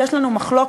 יש לנו מחלוקת,